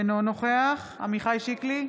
אינו נוכח עמיחי שיקלי,